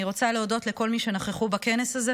אני רוצה להודות לכל מי שנכחו בכנס הזה,